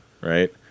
Right